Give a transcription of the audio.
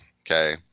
okay